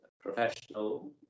professional